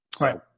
Right